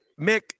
Mick